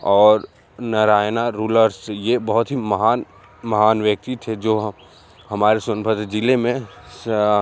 और नारायणा रूलर्स ये बहुत ही महान महान व्यक्ति थे जो ह हमारे सोनभद्र ज़िले में स